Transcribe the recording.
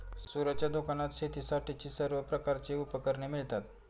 सूरजच्या दुकानात शेतीसाठीची सर्व प्रकारची उपकरणे मिळतात